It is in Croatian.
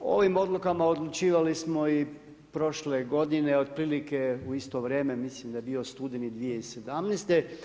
Ovim odlukama odlučivali smo i prošle godine otprilike u isto vrijeme, mislim da je bio studeni 2017.